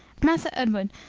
massa edward,